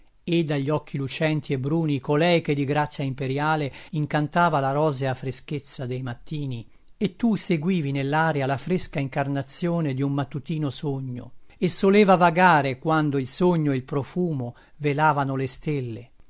e dagli occhi lucenti e bruni colei che di grazia imperiale incantava la rosea freschezza dei mattini e tu seguivi nell'aria la fresca incarnazione di un mattutino sogno e soleva vagare quando il sogno e il profumo velavano le stelle